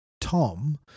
Tom